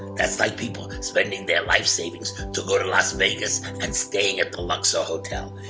that's like people spending their life savings to go to las vegas and staying at the luxor hotel.